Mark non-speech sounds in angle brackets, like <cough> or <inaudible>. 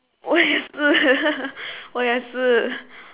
<laughs> 我也是